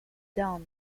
down